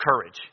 courage